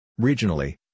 Regionally